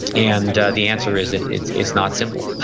and the answer is that it's it's not simple.